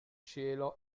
cielo